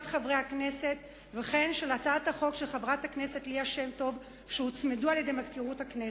שמטוב שהוצמדו אליה על-ידי מזכירות הכנסת,